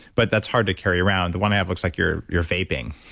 but that's hard to carry around. the one i have looks like you're you're vaping.